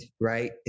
right